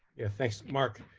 thanks, mark.